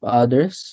others